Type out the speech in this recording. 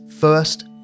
first